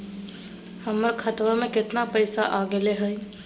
हमर खतवा में कितना पैसवा अगले हई?